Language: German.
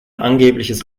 angebliches